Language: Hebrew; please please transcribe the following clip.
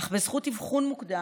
אך בזכות אבחון מוקדם,